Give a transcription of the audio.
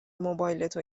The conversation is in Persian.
موبایلتو